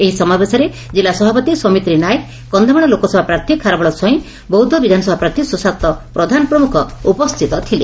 ଏହି ସମାବେଶରେ କିଲ୍ଲୁ ସଭାପତି ସୌମିତ୍ରୀ ନାୟକ କକ୍ଷମାଳ ଲୋକସଭା ପ୍ରାର୍ଥୀ ଖାରବେଳ ସ୍ୱାଇଁ ବୌଦ୍ଧ ବିଧାନସଭା ପ୍ରାର୍ଥୀ ସୁଶାସ୍ତ ପ୍ରଧାନ ପ୍ରମୁଖ ଉପସ୍ଥିତ ଥିଲେ